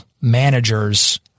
managers